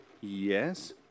Yes